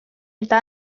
eta